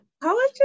College